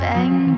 Bang